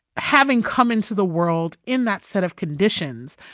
having come into the world in that set of conditions,